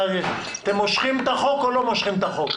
האם אתם מושכים את החוק או לא מושכים את החוק?